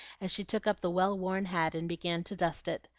as she took up the well-worn hat and began to dust it.